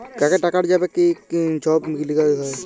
কাকে টাকাট যাবেক এই ছব গিলা দ্যাখা